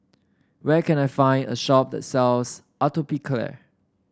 where can I find a shop sells Atopiclair